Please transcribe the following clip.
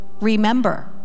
remember